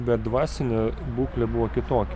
bet dvasinė būklė buvo kitokia